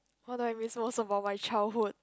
what do I miss most about my childhood